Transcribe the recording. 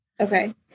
Okay